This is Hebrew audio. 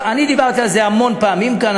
אני דיברתי על זה המון פעמים כאן,